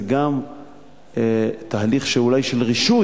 זה גם תהליך שהוא אולי של רישוי,